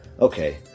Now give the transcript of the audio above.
okay